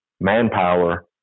manpower